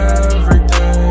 everyday